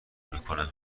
میکنه